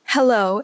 Hello